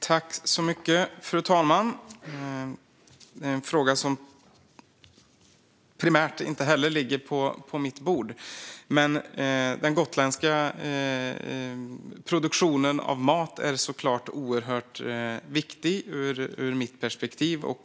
Fru talman! Det här är en fråga som inte heller den primärt ligger på mitt bord, men den gotländska produktionen av mat är såklart oerhört viktig ur mitt perspektiv.